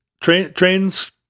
trains